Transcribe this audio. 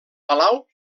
palau